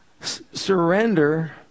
Surrender